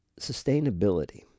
sustainability